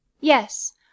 Yes